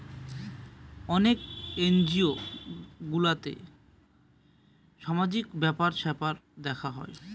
অনেক এনজিও গুলোতে সামাজিক ব্যাপার স্যাপার দেখা হয়